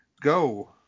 go